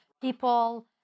people